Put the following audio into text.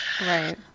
Right